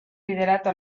liderato